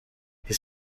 his